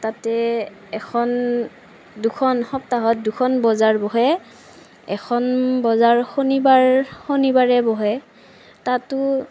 তাতে এখন দুখন সপ্তাহত দুখন বজাৰ বহে এখন বজাৰ শনিবাৰ শনিবাৰে বহে তাতো